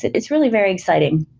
it's really very exciting.